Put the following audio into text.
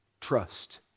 trust